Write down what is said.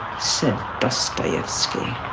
said dostoevsky.